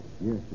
Yes